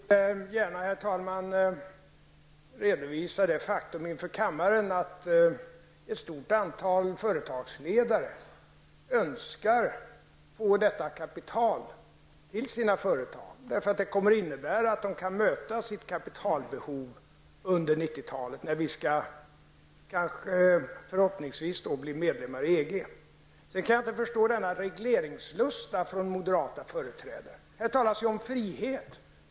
Herr talman! Jag vill gärna inför kammaren redovisa det faktum att det finns ett stort antal företagsledare som önskar få detta kapital till sina företag. Det kommer nämligen att innebära att de kan möta sitt kapitalbehov under 90-talet, när Sverige, förhoppningsvis, blir medlem i EG. Sedan kan jag inte förstå denna regleringslusta från moderata företrädare. Här talas ju om frihet.